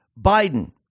Biden